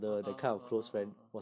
orh ah ah ah ah ah ah